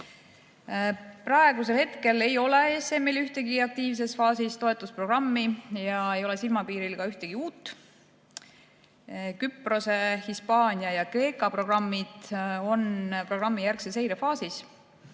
Praegusel hetkel ei ole ESM-il ühtegi aktiivses faasis toetusprogrammi ega ole silmapiiril ka ühtegi uut. Küprose, Hispaania ja Kreeka programmid on programmijärgse seire faasis